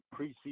preseason